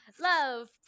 love